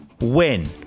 win